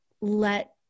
let